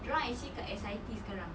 dorang actually kat S_I_T sekarang